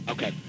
Okay